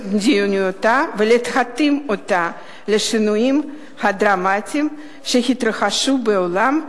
מדיניותה ולהתאים אותה לשינויים הדרמטיים שהתרחשו בעולם,